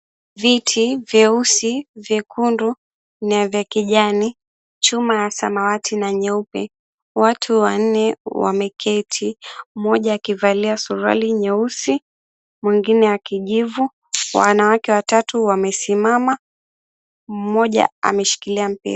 Viti vyeusi, vyekundu na vya kijani, chuma ya samawati na nyeupe, watu wanne wameketi mmoja akivalia suruali nyeusi, mwingine wa kijivu. Wanawake watatu wamesimama, mmoja ameshikilia mpira.